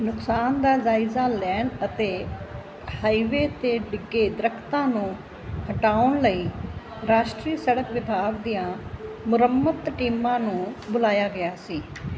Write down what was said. ਨੁਕਸਾਨ ਦਾ ਜਾਇਜ਼ਾ ਲੈਣ ਅਤੇ ਹਾਈਵੇਅ 'ਤੇ ਡਿੱਗੇ ਦਰੱਖਤਾਂ ਨੂੰ ਹਟਾਉਣ ਲਈ ਰਾਸ਼ਟਰੀ ਸੜਕ ਵਿਭਾਗ ਦੀਆਂ ਮੁਰੰਮਤ ਟੀਮਾਂ ਨੂੰ ਬੁਲਾਇਆ ਗਿਆ ਸੀ